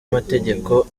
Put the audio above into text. amategeko